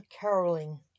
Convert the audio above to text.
caroling